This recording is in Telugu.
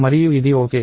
మరియు ఇది ఓకే